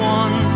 one